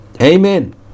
Amen